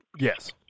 Yes